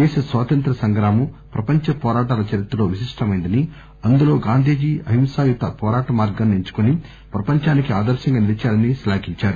దేశ స్వాతంత్ర్య సంగ్రామం ప్రపంచ వోరాటాల చరిత్రలో విశిష్టమైందని అందులో గాంధీజీ అహింసాయుత వోరాట మార్గాన్సి ఎంచుకుని ప్రపంచానికే ఆదర్భంగా నిలిచారని శ్లాఘించారు